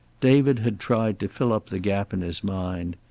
david had tried to fill up the gap in his mind.